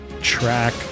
track